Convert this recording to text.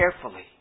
carefully